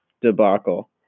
debacle